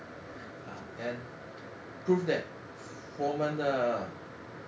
ah then prove that 佛门的